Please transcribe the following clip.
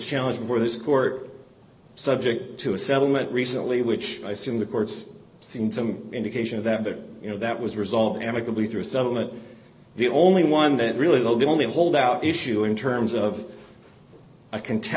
challenged before this court subject to a settlement recently which i saw in the courts seemed some indication of that but you know that was resolved amicably through settlement the only one that really the only holdout issue in terms of i can tell